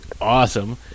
awesome